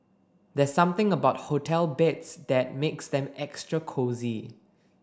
there's something about hotel beds that makes them extra cosy